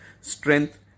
strength